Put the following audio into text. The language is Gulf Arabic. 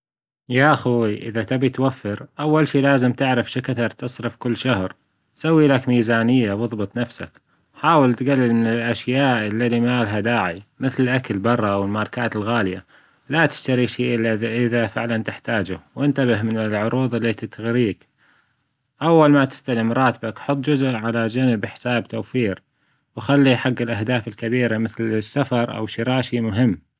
يا خوي إذا تبي توفر أول شي لازم تعرف شو كنت تصرف كل شهر سوي لك ميزانية وإظبط نفسك حاول تجلل من الأشياء اللي ما لها داعي مثل الأكل برا والماركات الغالية لا تشتري شي إلا إذا فعلا تحتاجه وإنتبه من العروض اللي تغريك أول ما تستلم راتبك حط جزء على جنب حساب توفير وخلي حج الأهداف الكبيرة مثل السفر او شراء شي مهم.